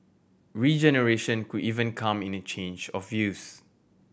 regeneration could even come in a change of use